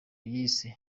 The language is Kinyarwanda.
yise